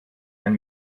ein